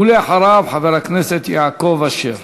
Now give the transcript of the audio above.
ואחריו, חבר הכנסת יעקב אשר